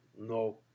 no